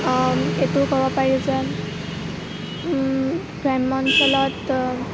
এইটোও ক'ব পাৰি যে গ্ৰাম্য অঞ্চলত